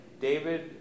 David